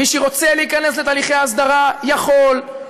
ומי שרוצה להיכנס לתהליכי הסדרה, יכול.